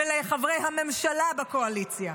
ולחברי הממשלה בקואליציה,